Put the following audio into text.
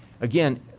Again